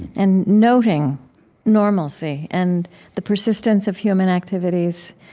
and noting normalcy, and the persistence of human activities